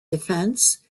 defense